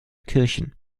kirchen